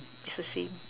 it's the same